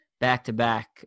back-to-back